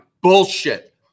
Bullshit